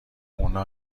اونجا